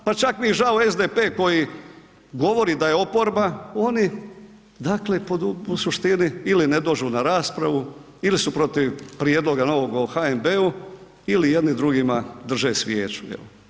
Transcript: Pa čak mi žao SDP koji govori da je oporba oni dakle u suštini ili ne dođu na raspravu ili su protiv prijedloga novog o HNB-u ili jedni drugima drže svijeću.